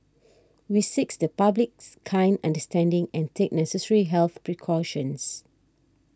we seeks the public's kind understanding and take necessary health precautions